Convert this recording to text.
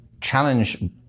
challenge